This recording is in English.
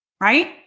right